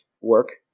work